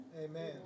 Amen